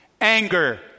anger